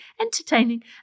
entertaining